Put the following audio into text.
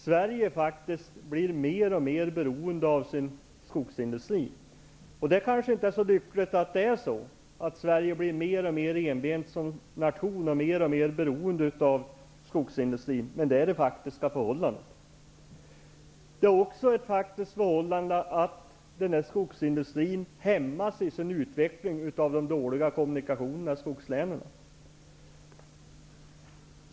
Sverige blir mer och mer beroende av sin skogsindustri. Det kanske inte är så lyckligt att Sverige blir alltmer enbent som nation och alltmer beroende av skogsindustrin. Men det är det faktiska förhållandet. Det är också ett faktiskt förhållande att skogsindustrin hämmas i sin utveckling av de dåliga kommunikationerna i skogslänen.